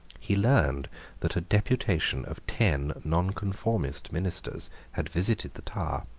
he learned that a deputation of ten nonconformist ministers had visited the tower.